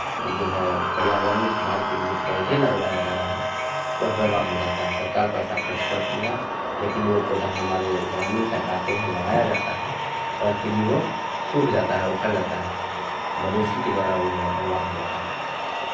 जो है पर्यावरण सुधार के लिए जो पौधे लगवाया जा रहा है वह बर्बाद हो जाता है सरकार पैसा खर्च करती है लेकिन वो पौधा हमारे ग्रामीण तक आते हैं लगाया जाता है और फिर भी वो सूख जाता है उखड़ जाता है मवेशी के द्वारा वो जो है बर्बाद हो जाता है